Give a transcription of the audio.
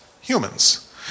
humans